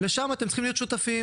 שם אתם צריכים להיות שותפים,